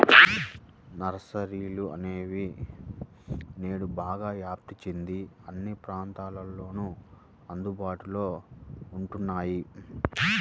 నర్సరీలనేవి నేడు బాగా వ్యాప్తి చెంది అన్ని ప్రాంతాలలోను అందుబాటులో ఉంటున్నాయి